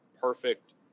perfect